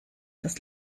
das